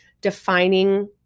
defining